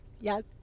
yes